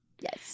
Yes